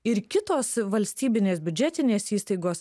ir kitos valstybinės biudžetinės įstaigos